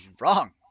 wrong